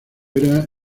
era